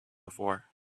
before